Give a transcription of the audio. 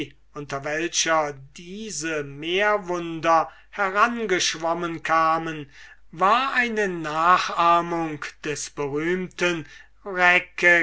unter welcher diese meerwunder herangeschwommen kamen war eine nachahmung des berühmten